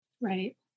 right